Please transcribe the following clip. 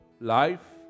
Life